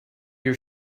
your